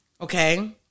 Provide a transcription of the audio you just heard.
Okay